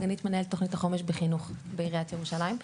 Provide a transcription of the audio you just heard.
סגנית מנהלת תכנית החומש בחינוך בעיריית ירושלים.